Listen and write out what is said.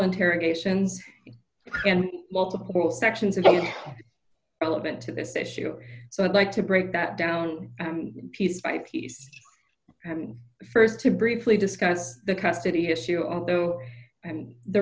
interrogations and multiple sections of all relevant to this issue so i'd like to break that down piece by piece first to briefly discuss the custody issue although and the